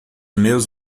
meus